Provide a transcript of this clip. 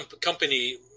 company